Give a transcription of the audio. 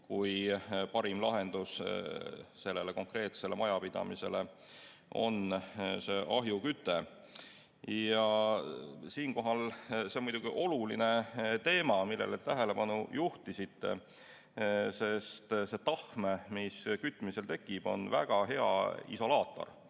kui parim lahendus sellele konkreetsele majapidamisele on ahjuküte. See on muidugi oluline teema, millele te tähelepanu juhtisite, sest see tahm, mis kütmisel tekib, on väga hea isolaator.